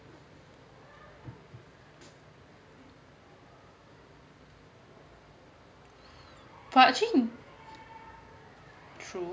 but actually true